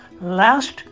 last